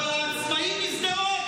אבל העצמאי משדרות,